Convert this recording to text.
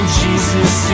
jesus